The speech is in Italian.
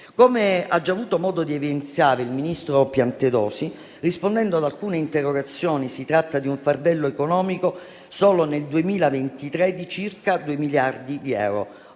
Come ha già avuto modo di evidenziare il ministro Piantedosi rispondendo ad alcune interrogazioni, si tratta di un fardello economico (che solo nel 2023 ammontava circa 2 miliardi di euro),